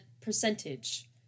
percentage